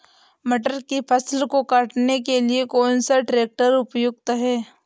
मटर की फसल को काटने के लिए कौन सा ट्रैक्टर उपयुक्त है?